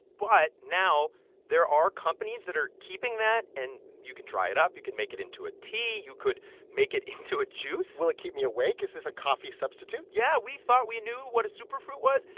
but now there are companies that are keeping that. and you can dry it up. you can make it into a tea. you could make it into a juice will it keep me awake? is this a coffee substitute? yeah. we thought we knew what a superfruit was.